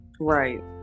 right